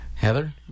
Heather